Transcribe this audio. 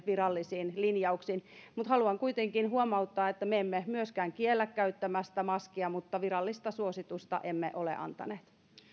virallisiin linjauksiin haluan kuitenkin huomauttaa että me emme myöskään kiellä käyttämästä maskia mutta virallista suositusta emme ole antaneet